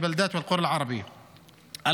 ללא הרף בכל הקשור לפשיעה בחברה הערבית,